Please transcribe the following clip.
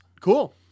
Cool